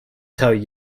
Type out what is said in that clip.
tell